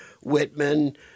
Whitman